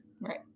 Right